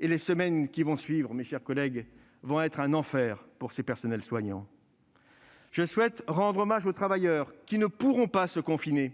Et les semaines qui viennent, mes chers collègues, seront un enfer pour ces personnels soignants. Je souhaite rendre hommage aux travailleurs qui ne pourront pas se confiner